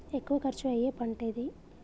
ఎక్కువ ఖర్చు అయ్యే పంటేది?